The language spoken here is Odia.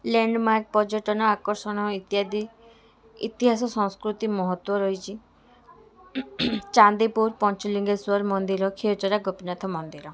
ଲ୍ୟାଣ୍ଡମାର୍କ ପର୍ଯ୍ୟଟନ ଆକର୍ଷଣ ଇତ୍ୟାଦି ଇତିହାସ ସଂସ୍କୃତି ମହତ୍ତ୍ୱ ରହିଛି ଚାନ୍ଦିପୁର ପଞ୍ଚଲିଙ୍ଗେଶ୍ୱର ମନ୍ଦିର କ୍ଷୀରଚୋରା ଗୋପୀନାଥ ମନ୍ଦିର